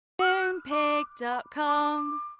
Moonpig.com